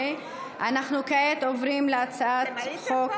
חברת הכנסת אורלי, הצבעת בהצבעה